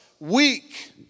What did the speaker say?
weak